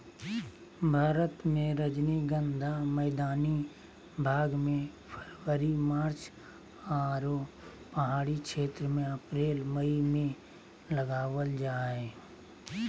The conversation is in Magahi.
भारत मे रजनीगंधा मैदानी भाग मे फरवरी मार्च आरो पहाड़ी क्षेत्र मे अप्रैल मई मे लगावल जा हय